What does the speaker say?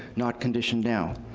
not conditioned now.